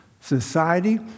society